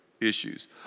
issues